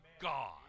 God